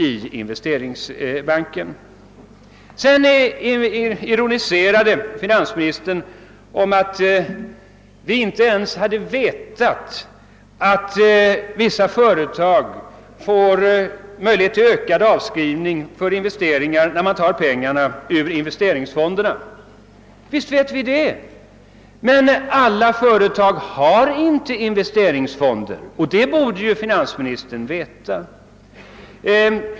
Finansministern ironiserade vidare över att vi inte ens skulle ha vetat att vissa företag får möjlighet till ökad avskrivning för investeringar när de tar pengar ur investeringsfonderna. Vi känner visst till detta, men alla företag har inte investeringsfonder, och det borde finansministern veta.